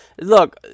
look